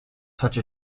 such